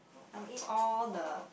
I will eat all the